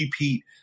repeat